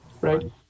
right